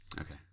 okay